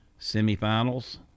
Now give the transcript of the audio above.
semifinals